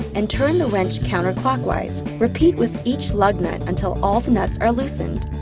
and turn the wrench counterclockwise. repeat with each lug nut until all the nuts are loosened.